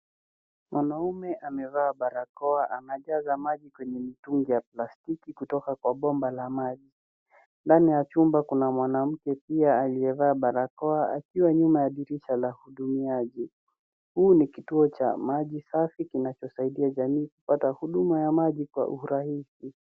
Mwanaume amevaa barakoa anajanza maji kwenye mitungi ya plastiki kutoka kwa bomba la maji. Ndani ya chumba kuna mwanamke pia aliyevaa barakoa akiwa nyuma ya dirisha la hudumiaji. Huu ni kituo cha maji safi kinachosaidia jamii kupata huduma ya maji kwa urahisi.